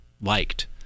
liked